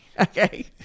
Okay